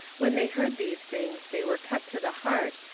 when they heard these things, they were cut to the heart,